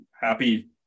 Happy